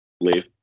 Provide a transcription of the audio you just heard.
leave